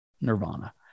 Nirvana